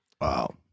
Wow